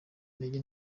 intege